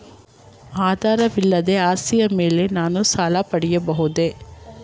ಆದಾಯವಿಲ್ಲದ ಆಸ್ತಿಯ ಮೇಲೆ ನಾನು ಸಾಲ ಪಡೆಯಬಹುದೇ?